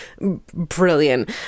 brilliant